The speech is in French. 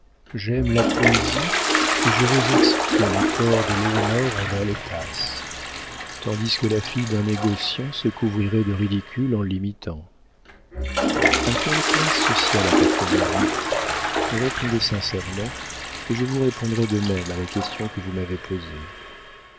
j'aime la poésie et je veux expier les torts de léonore envers le tasse tandis que la fille d'un négociant se couvrirait de ridicule en l'imitant a quelle classe sociale appartenez vous répondez sincèrement et je vous répondrai de même à la question que vous m'avez posée